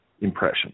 impression